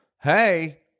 hey